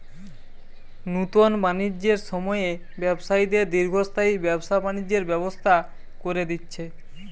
নুতন বাণিজ্যের সময়ে ব্যবসায়ীদের দীর্ঘস্থায়ী ব্যবসা বাণিজ্যের ব্যবস্থা কোরে দিচ্ছে